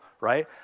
right